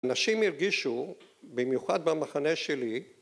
‫אנשים הרגישו, במיוחד במחנה שלי...